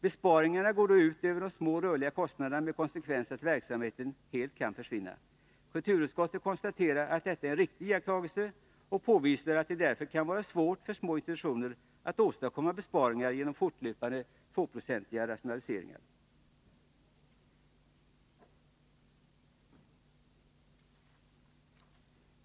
Besparingarna går då ut över de små rörliga kostnaderna med konsekvens att verksamheten helt kan försvinna. Kulturutskottet konstaterar att detta är en riktig iakttagelse och påvisar att det därför kan vara svårt för små institutioner att åstadkomma besparingar genom fortlöpande 2-procentiga rationaliseringar.